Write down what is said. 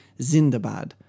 Zindabad